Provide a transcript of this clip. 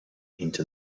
into